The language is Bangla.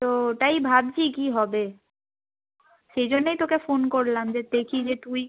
তো ওটাই ভাবছি কী হবে সেই জন্যেই তোকে ফোন করলাম যে দেখি যে তুই